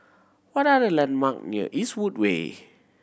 what are the landmark near Eastwood Way